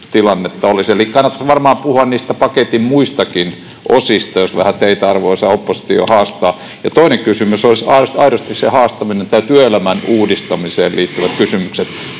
Eli kannattaisi varmaan puhua niistä paketin muistakin osista, jos vähän teitä, arvoisa oppositio, haastetaan. Toinen kysymys olisi aidosti se haastaminen, työelämän uudistamiseen liittyvät kysymykset.